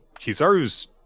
Kizaru's